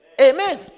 Amen